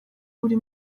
buri